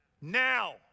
now